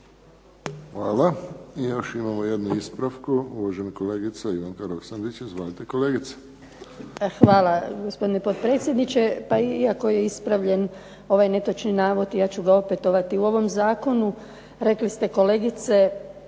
Hvala. I još imamo jednu ispravku, uvažena kolegica Ivanka Roksandić. Izvolite, kolegice. **Roksandić, Ivanka (HDZ)** Hvala, gospodine potpredsjedniče. Pa iako je ispravljen ovaj netočni navod ja ću ga opetovati u ovom zakonu. Rekli ste kolegice,